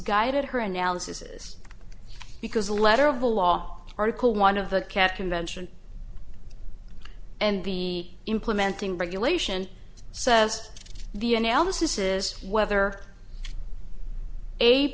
misguided her analysis because the letter of the law article one of the cat convention and the implementing regulation says the analysis is whether a